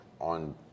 on